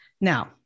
Now